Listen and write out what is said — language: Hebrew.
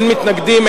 אין מתנגדים,